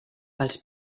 pels